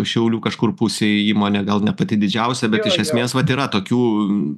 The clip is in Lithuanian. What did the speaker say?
šiaulių kažkur pusėj įmonė gal ne pati didžiausia bet iš esmės vat yra tokių